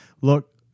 look